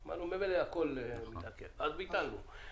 אמרנו: ממילא הכול מתעכב, אז ביטלנו.